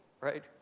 right